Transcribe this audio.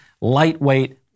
lightweight